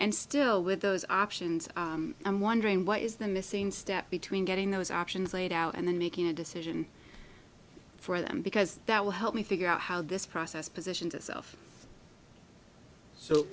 and still with those options i'm wondering what is the missing step between getting those options laid out and then making a decision for them because that will help me figure out how this process positions itself so